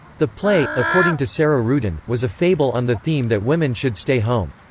the play, according to sarah ruden, was a fable on the theme that women should stay home.